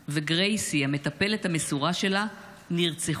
וגרייסי המטפלת המסורה שלה, נרצחו.